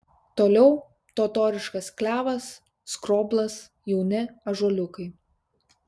toliau totoriškas klevas skroblas jauni ąžuoliukai